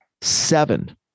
seven